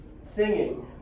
singing